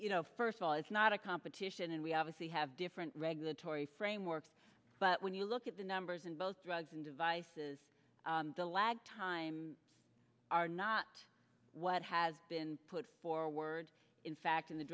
you know first of all it's not a competition and we obviously have different regulatory framework but when you look at the numbers in both drugs and devices the lag time are not what has been put forward in fact in the